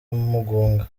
mugunga